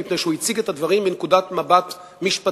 מפני שהוא הציג את הדברים מנקודת מבט משפטית.